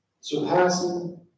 surpassing